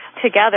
together